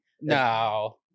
No